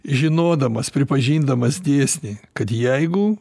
žinodamas pripažindamas dėsnį kad jeigu